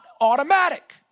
automatic